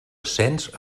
ascens